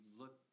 look